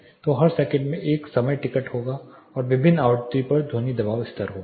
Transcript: तो हर सेकंड में एक समय टिकट होगा और विभिन्न आवृत्ति पर ध्वनि दबाव स्तर होगा